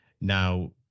Now